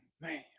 man